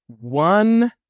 one